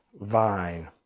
vine